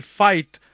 fight